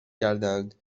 کردند